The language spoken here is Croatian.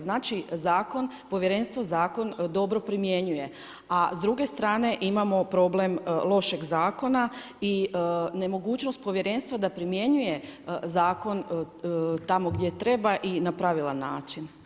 Znači povjerenstvo zakon dobro primjenjuje a s druge strane imamo problem lošeg zakona i nemogućnost povjerenstva da primjenjuje zakon tamo gdje treba i na pravilan način.